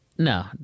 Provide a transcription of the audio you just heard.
No